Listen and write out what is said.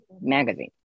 magazine